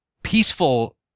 peaceful